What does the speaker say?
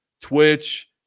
Twitch